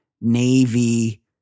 Navy